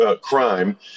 crime